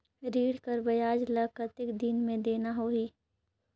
ऋण कर ब्याज ला कतेक दिन मे देना होही?